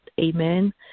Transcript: Amen